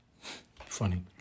Funny